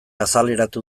azaleratu